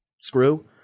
screw